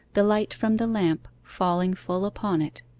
the light from the lamp falling full upon it.